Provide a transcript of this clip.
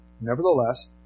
Nevertheless